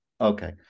Okay